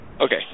okay